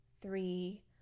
three